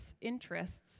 interests